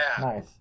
Nice